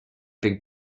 big